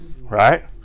right